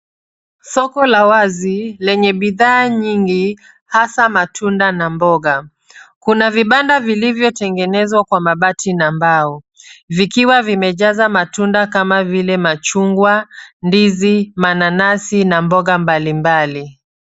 Soko la wazi lenye bidhaa nyingi hasa matunda na mboga. Kuna vibanda vilivyotengenezwa kwa mabati na mbao vikiwa vimejaza matunda kama vile machungwa, ndizi, mananasi na mboga mbalimbali.